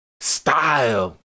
style